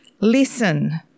Listen